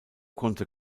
konnte